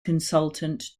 consultant